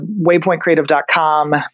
waypointcreative.com